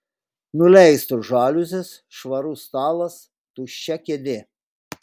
nuleistos žaliuzės švarus stalas tuščia kėdė